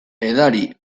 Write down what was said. edari